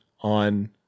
on